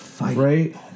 right